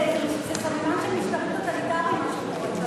זה סממן של משטרים טוטליטריים מה שקורה כאן,